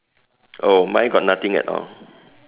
oh mine got nothing at all